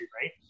right